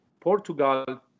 Portugal